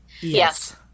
yes